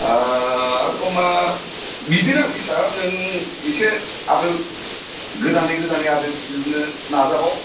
आरोबाव मा बिदिनो आरोखि सार नों इसे आरो गोदानै गोदानै आरो दिहुननो नाजाबाव